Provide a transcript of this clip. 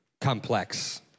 complex